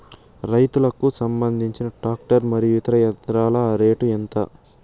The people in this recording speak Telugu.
రైతుకు సంబంధించిన టాక్టర్ మరియు ఇతర యంత్రాల రేటు ఎంత?